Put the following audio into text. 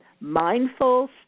mindful